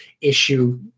issue